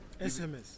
SMS